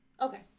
Okay